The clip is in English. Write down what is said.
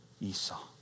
Esau